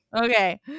Okay